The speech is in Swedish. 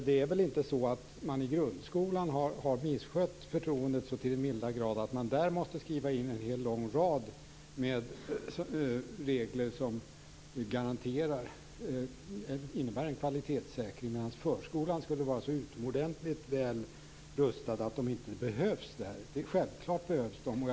Det är väl inte så att grundskolan har misskött förtroendet så till den milda grad att man där måste skriva in en lång rad av regler som innebär en kvalitetssäkring, medan förskolan skulle vara så utomordentligt väl rustad att sådana inte behövs där. Självklart behövs de.